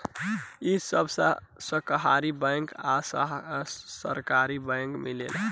इ सब सहकारी बैंक आ सरकारी बैंक मिलेला